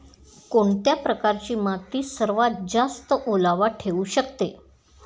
कोणत्या प्रकारची माती सर्वात जास्त ओलावा ठेवू शकते?